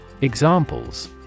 Examples